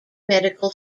medical